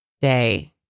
day